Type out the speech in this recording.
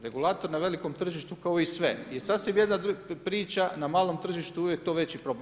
Regulator na velikom tržištu kao i sve je sasvim jedna priča, na malom tržištu je uvijek to veći problem.